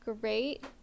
great